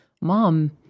mom